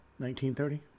1930